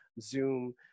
Zoom